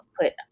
put